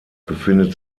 befindet